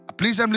please